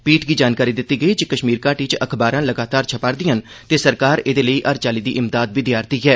पीठ गी जानकारी दित्ती गेई जे कश्मीर घाटी च अखबारां लगातार छप्पा'रदियां न ते सरकार एह्दे लेई हर चाल्ली दी इमदाद देआ'रदी ऐ